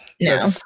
No